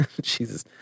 Jesus